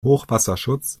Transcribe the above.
hochwasserschutz